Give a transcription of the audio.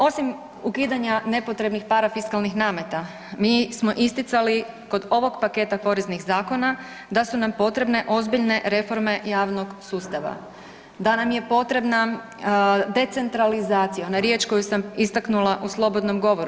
Osim ukidanja nepotrebnih parafiskalnih nameta, mi smo isticali kod ovog paketa poreznih zakona da su nam potrebne ozbiljne reforme javnog sustava, da nam je potrebna decentralizacija ona riječ koju sam istaknula u slobodnom govoru.